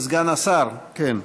את סגן השר, כן.